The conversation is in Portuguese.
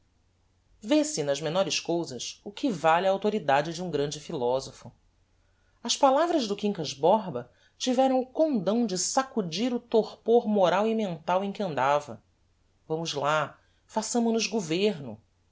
ve se nas menores cousas o que vale a autoridade de um grande philosopho as palavras do quincas borba tiveram o condão de sacudir o torpor moral e mental em que andava vamos lá façamo nos governo